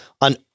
on